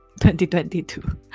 2022